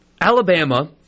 Alabama